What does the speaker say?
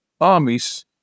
armies